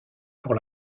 pour